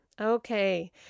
Okay